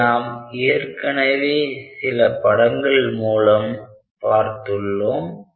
அதை நாம் ஏற்கனவே சில படங்கள் மூலம் பார்த்துள்ளோம்